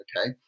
Okay